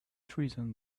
treason